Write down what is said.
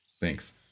Thanks